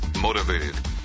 motivated